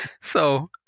So-